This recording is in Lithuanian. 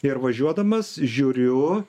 ir važiuodamas žiūriu